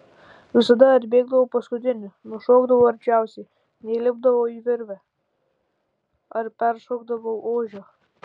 visada atbėgdavau paskutinė nušokdavau arčiausiai neįlipdavau į virvę ar neperšokdavau ožio